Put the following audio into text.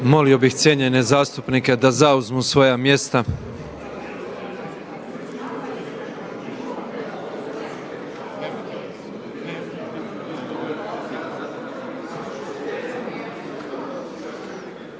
Molio bih cijenjene zastupnike da zauzmu svoja mjesta.